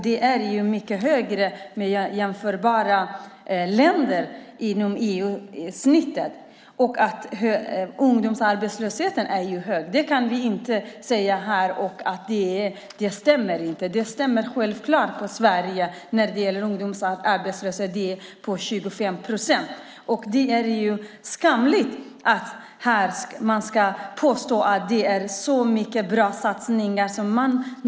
Den är mycket högre än i jämförbara länder inom EU. Ungdomsarbetslösheten är hög. Vi kan inte säga att det inte stämmer eftersom den ligger på 25 procent. Det är skamligt att påstå att det gjorts många bra satsningar.